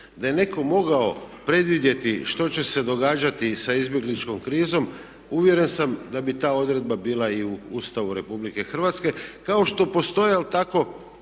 da je netko mogao predvidjeti što će se događati sa izbjegličkom krizom uvjeren sam da bi ta odredba bila i u Ustavu Republike Hrvatske kao što postoje ali tako